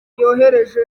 yoroheje